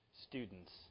students